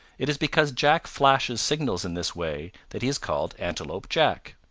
it is because jack flashes signals in this way that he is called antelope jack.